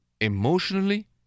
emotionally